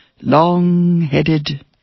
long-headed